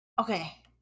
Okay